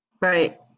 Right